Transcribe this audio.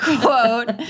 quote